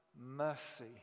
mercy